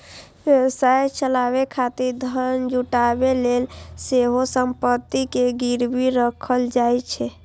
व्यवसाय चलाबै खातिर धन जुटाबै लेल सेहो संपत्ति कें गिरवी राखल जाइ छै